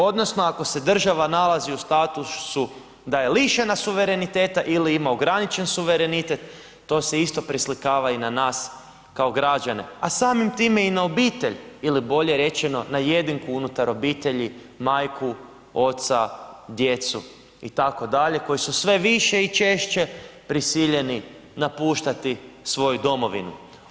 Odnosno ako se država nalazi u statusu da je lišena suvereniteta ili ima ograničen suverenitet to se isto preslikava i na nas kao građane, a samim tim i na obitelj ili bolje rečeno na jedinku unutar obitelji majku, oca, djecu itd. koji su sve više i češće prisiljeni napuštati svoju domovinu.